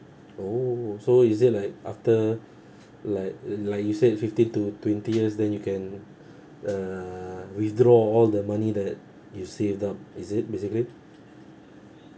oh so is it like after like l~ like you said fifteen to twenty years then you can uh withdraw all the money that you saved up is it basically